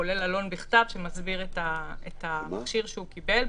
כולל עלון בכתב שמסביר את המכשיר שהוא קיבל,